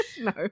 No